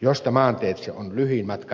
joista maanteitse on lyhin matka venäjälle